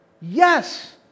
Yes